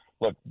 Look